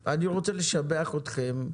מנדי, אני רוצה לשבח אתכם.